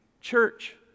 Church